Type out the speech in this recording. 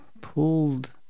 pulled